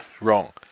Wrong